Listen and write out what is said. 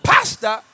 Pastor